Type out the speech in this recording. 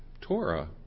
Torah